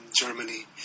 Germany